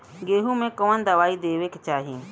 गेहूँ मे कवन दवाई देवे के चाही?